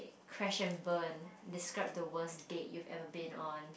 crash and burn describe the worst date you've ever been on